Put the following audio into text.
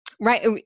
right